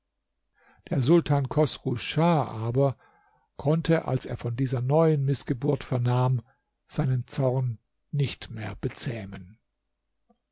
der sultan chosru schah aber konnte als er von dieser neuen mißgeburt vernahm seinen zorn nicht mehr bezähmen